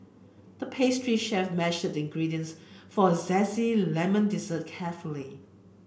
the pastry chef measured the ingredients for a zesty lemon dessert carefully